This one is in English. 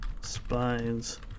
spines